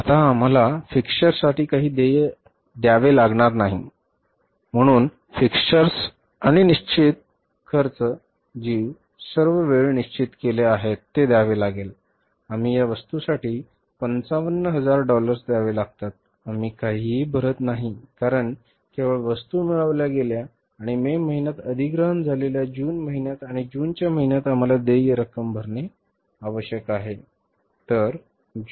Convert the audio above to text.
नाही आता आम्हाला फिक्स्चरसाठी काही देय द्यावे लागणार नाही म्हणून फिक्स्चर आणि निश्चित खर्च जीव सर्व वेळ निश्चित केलेले आहेत ते द्यावे लागेल आम्ही या वस्तूसाठी 55000 डॉलर्स द्यावे लागतात आम्ही काहीही भरत नाही कारण केवळ वस्तू मिळविल्या गेल्या आणि मे महिन्यात अधिग्रहण झालेल्या जून महिन्यात आणि जूनच्या महिन्यात आम्हाला देय रक्कम भरणे आवश्यक आहे